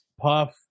Puff